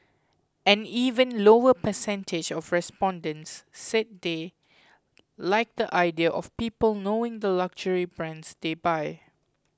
an even lower percentage of respondents said they like the idea of people knowing the luxury brands they buy